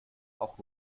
auch